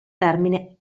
termine